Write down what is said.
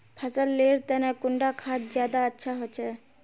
फसल लेर तने कुंडा खाद ज्यादा अच्छा होचे?